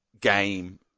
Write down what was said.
game